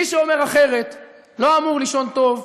מי שאומר אחרת לא אמור לישון טוב,